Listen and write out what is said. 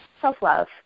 self-love